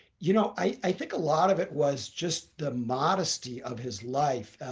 you know, i think a lot of it was just the modesty of his life,